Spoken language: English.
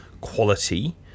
quality